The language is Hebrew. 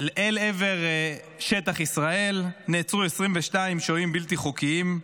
אל עבר שטח ישראל, נעצרו 22 שוהים בלתי חוקיים.